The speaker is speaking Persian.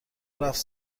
رفت